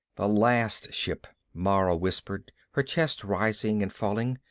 the last ship, mara whispered, her chest rising and falling.